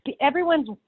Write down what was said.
everyone's